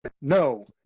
No